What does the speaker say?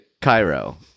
Cairo